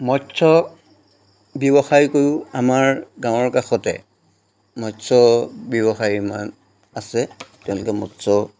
মৎস ব্যৱসায় কৰিও আমাৰ গাঁৱৰ কাষতে মৎস ব্যৱসায়ী আছে তেওঁলোকে মৎস